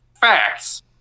facts